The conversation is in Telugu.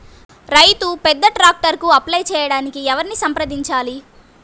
రైతు పెద్ద ట్రాక్టర్కు అప్లై చేయడానికి ఎవరిని సంప్రదించాలి?